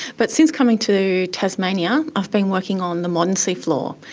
but since coming to tasmania i've been working on the modern seafloor,